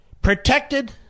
Protected